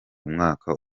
mwaka